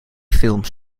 films